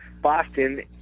Boston